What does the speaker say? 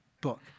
book